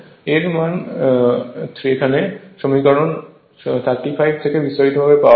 এর মান এখানে সমীকরণ 35 থেকে বিস্তারিত ভাবে পাওয়া যাবে